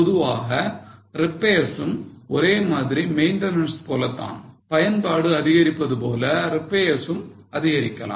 பொதுவாக repairs சும் ஒரே மாதிரி maintenance போலத்தான் பயன்பாடு அதிகரிப்பது போல் repairs சும் அதிகரிக்கலாம்